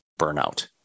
burnout